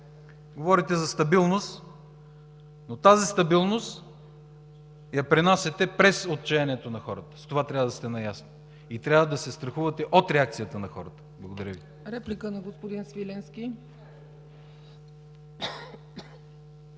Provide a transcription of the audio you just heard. Говорите за стабилност, но тази стабилност я пренасяте през отчаянието на хората. С това трябва да сте наясно и трябва да се страхувате от реакцията на хората. Благодаря Ви. ПРЕДСЕДАТЕЛ ЦЕЦКА ЦАЧЕВА: